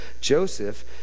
Joseph